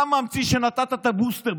אתה ממציא שנתת את הבוסטר.